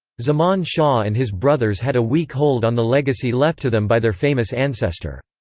zaman shah and his brothers had a weak hold on the legacy left to them by their famous ancestor.